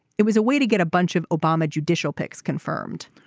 it was a way to get a bunch of obama judicial picks confirmed.